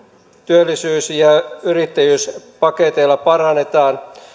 työllisyys ja yrittäjyyspaketeilla parannetaan